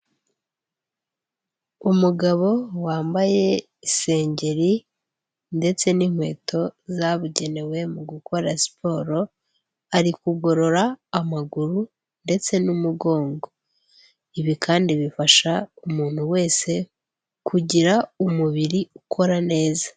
Umugabo wambaye isengeri ndetse n'inkweto zabugenewe mu gukora siporo ari kugorora amaguru ndetse n'umugongo, ibi kandi bifasha umuntu wese kugira umubiri ukora neza.